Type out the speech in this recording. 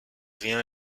rien